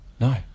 No